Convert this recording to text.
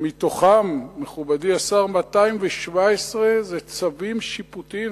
שמתוכן, מכובדי השר, 217 זה צווים שיפוטיים.